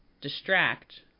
distract